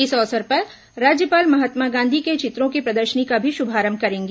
इस अवसर पर राज्यपाल महात्मा गांधी के चित्रों की प्रदर्शनी का भी शुभारंभ करेंगी